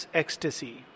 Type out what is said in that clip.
ecstasy